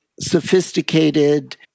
sophisticated